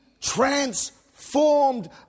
transformed